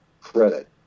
credit